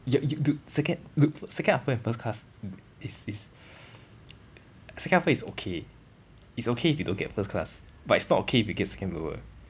your you dude second dude second upper and first class is is second upper is okay is okay if you don't get first class but it's not okay if you get second lower